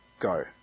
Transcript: go